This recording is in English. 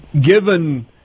Given